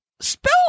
spell